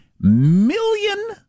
million